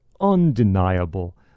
undeniable